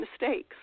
mistakes